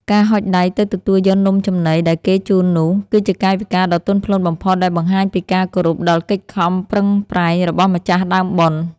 ការហុចដៃទៅទទួលយកនំចំណីដែលគេជូននោះ គឺជាកាយវិការដ៏ទន់ភ្លន់បំផុតដែលបង្ហាញពីការគោរពដល់កិច្ចខំប្រឹងប្រែងរបស់ម្ចាស់ដើមបុណ្យ។